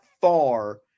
far